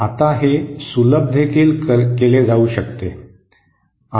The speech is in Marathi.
आता हे सुलभ देखील केले जाऊ शकते